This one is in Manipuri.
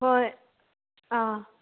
ꯍꯣꯏ ꯑꯥ